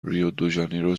ریودوژانیرو